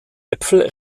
äpfel